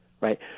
right